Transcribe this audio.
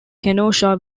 kenosha